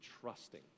trusting